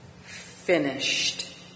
finished